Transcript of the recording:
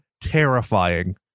terrifying